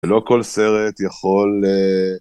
לא כל סרט יכול...